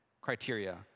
criteria